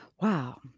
Wow